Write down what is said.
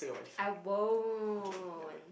I won't